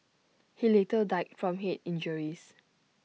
he later died from Head injuries